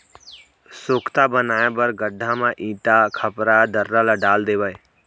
सोख्ता बनाए बर गड्ढ़ा म इटा, खपरा, दर्रा ल डाल देवय